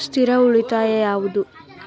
ಸ್ಥಿರ ಉಳಿತಾಯ ಯಾವುದು?